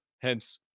hence